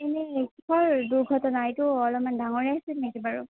এনেই কিহৰ দুৰ্ঘটনা এইটো অলপমান ডাঙৰে আছিল নেকি বাৰু